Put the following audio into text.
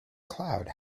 cloud